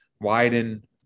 widen